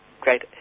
great